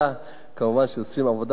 כמובן שהם עושים עבודה מצוינת.